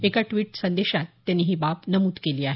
एका ट्वीट संदेशात त्यांनी ही बाब नमूद केली आहे